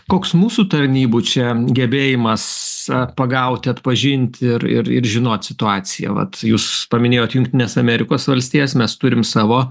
koks mūsų tarnybų čia gebėjimas pagauti atpažinti ir ir ir žinot situaciją vat jūs paminėjot jungtines amerikos valstijas mes turim savo